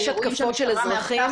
יש התקפות של אזרחים.